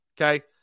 okay